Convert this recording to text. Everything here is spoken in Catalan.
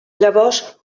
llavors